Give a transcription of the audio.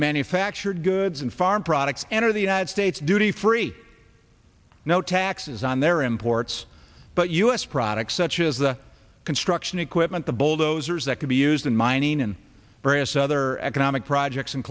manufactured goods and foreign products enter the united states duty free no taxes on their imports but u s products such as the construction equipment the bulldozers that could be used in mining in various other economic projects